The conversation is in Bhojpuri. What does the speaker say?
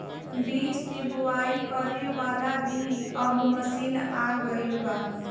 बीज के बोआई करे वाला भी अब मशीन आ गईल बा